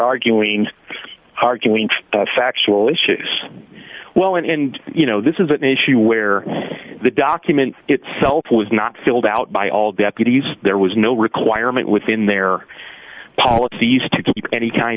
arguing arguing factual issues well and you know this is an issue where the document itself was not filled out by all deputies there was no requirement within their policies to keep any kind